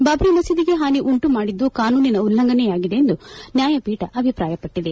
ಬಾಬ್ರಿ ಮಸೀದಿಗೆ ಹಾನಿ ಉಂಟುಮಾಡಿದ್ದು ಕಾನೂನಿನ ಉಲ್ಲಂಘನೆಯಾಗಿದೆ ಎಂದು ನ್ನಾಯಪೀಠ ಅಭಿಪ್ರಾಯಪಟ್ಟದೆ